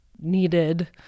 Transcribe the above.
needed